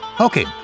Okay